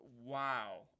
wow